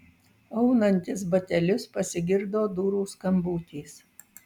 aunantis batelius pasigirdo durų skambutis